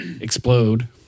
explode